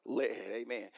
amen